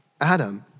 Adam